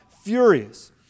furious